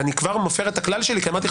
אני רק